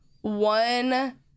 one